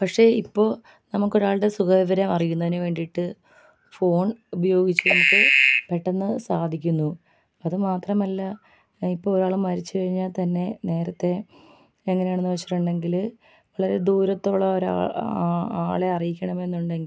പക്ഷേ ഇപ്പോൾ നമുക്ക് ഒരാളുടെ സുഖവിവരം അറിയുന്നതിന് വേണ്ടിയിട്ട് ഫോൺ ഉപയോഗിച്ചിട്ട് പെട്ടെന്ന് സാധിക്കുന്നു അത് മാത്രമല്ല ഇപ്പോൾ ഒരാൾ മരിച്ചു കഴിഞ്ഞാൽ തന്നെ നേരത്തെ എങ്ങനെയാണെന്ന് വെച്ചിട്ടുണ്ടെങ്കിൽ വളരെ ദൂരത്തോളം ഒരാ ആളെ അറിയിക്കണം എന്നുണ്ടെങ്കിൽ